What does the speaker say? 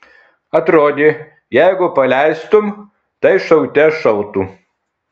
atrodė jeigu paleistum tai šaute šautų